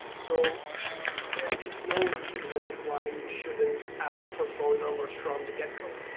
so there is no reason why you shouldn't ask for phone numbers from the get go,